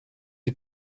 die